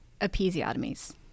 episiotomies